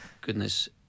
goodness